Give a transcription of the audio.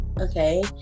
Okay